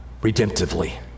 redemptively